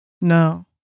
No